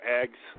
eggs